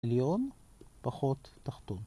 עליון פחות תחתון.